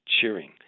cheering